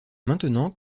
maintenant